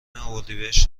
اردیبهشت